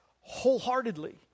wholeheartedly